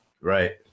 Right